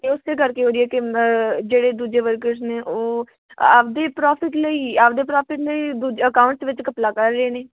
ਇਸੇ ਕਰਕੇ ਹੋ ਰਹੀ ਹੈ ਕਿ ਜਿਹੜੇ ਦੂਜੇ ਵਰਕਰ ਨੇ ਉਹ ਆਪਣੇ ਪ੍ਰੋਫਿਟ ਲਈ ਆਪਣੇ ਪ੍ਰੋਫਿਟ ਲਈ ਦੂਜੇ ਅਕਾਊਂਟਸ ਵਿੱਚ ਘਪਲਾ ਕਰ ਰਹੇ ਨੇ